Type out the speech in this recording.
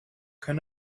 can